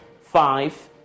five